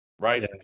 right